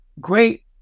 great